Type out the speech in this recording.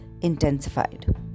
intensified